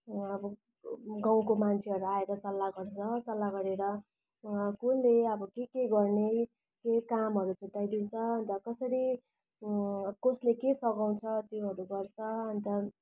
अब गाउँको मान्छेहरू आएर सल्लाह गर्छ सल्लाह गरेर कसले अब के गर्ने के कामहरू छुट्याइदिन्छ अन्त कसरी कसले के सघाउँछ त्योहरू गर्छ अन्त